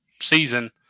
season